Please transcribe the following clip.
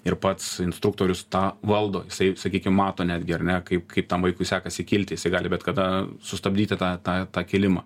ir pats instruktorius tą valdo jisai sakykim mato netgi ar ne kaip kaip tam vaikui sekasi kilti jisai gali bet kada sustabdyti tą tą tą kilimą